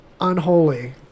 unholy